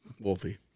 Wolfie